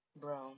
Bro